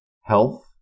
health